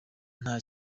nta